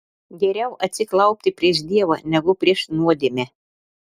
geriau atsiklaupti prieš dievą negu prieš nuodėmę